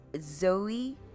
zoe